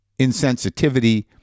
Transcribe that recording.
insensitivity